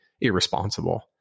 irresponsible